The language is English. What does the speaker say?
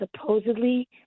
supposedly